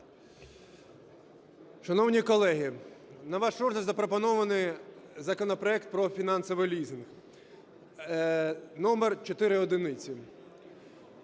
Шановні колеги, на ваш розгляд запропонований законопроект про фінансовий лізинг №1111.